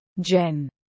Jen